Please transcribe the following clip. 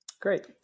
Great